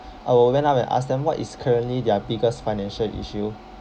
I will went up and ask them what is currently their biggest financial issue